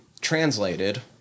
translated